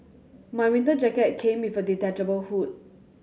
my winter jacket came with a detachable hood